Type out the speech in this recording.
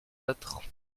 autres